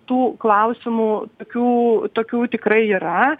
tų klausimų tokių tokių tikrai yra